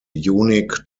unique